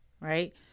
right